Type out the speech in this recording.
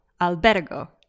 albergo